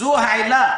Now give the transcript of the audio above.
זו העילה.